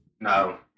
No